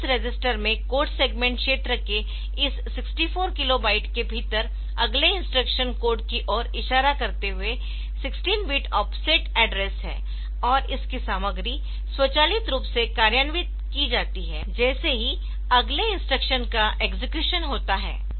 तो इस रजिस्टर में कोड सेगमेंट क्षेत्र के इस 64 किलो बाइट के भीतर अगले इंस्ट्रक्शन कोड की ओर इशारा करते हुए 16 बिट ऑफ़सेट एड्रेस है और इसकी सामग्री स्वचालित रूप से कार्यान्वित की जाती है जैसे ही अगले इंस्ट्रक्शन का एक्सेक्युशन होता है